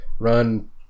run